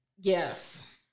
Yes